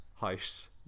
house